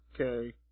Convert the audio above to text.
Okay